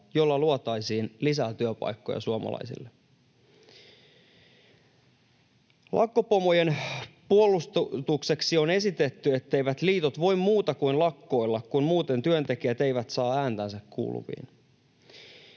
jolla luotaisiin lisää työpaikkoja suomalaisille. Lakkopomojen puolustukseksi on esitetty, etteivät liitot voi muuta kuin lakkoilla, kun muuten työntekijät eivät saa ääntänsä kuuluviin.